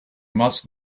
must